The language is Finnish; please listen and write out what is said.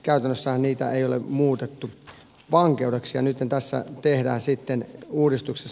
käytännössä niitä ei ole muutettu vankeudeksi eniten tässä tehdään sitten uudistus